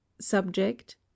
Subject